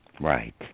Right